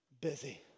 busy